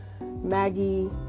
Maggie